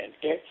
okay